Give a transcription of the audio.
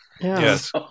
Yes